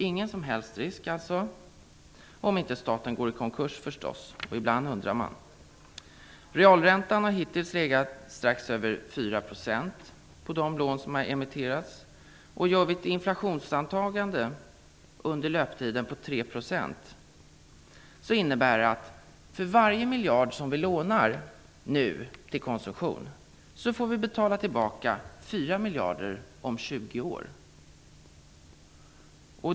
Ingen som helst risk alltså, om inte staten går i konkurs förstås -- och ibland undrar man. Realräntan har hittills legat strax över 4 % på de lån som har emitterats. Gör vi ett inflationsantagande på 3 % under löptiden innebär det att för varje miljard som vi nu lånar till konsumtion får vi betala tillbaka 4 miljarder om 20 år.